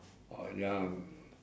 oh ya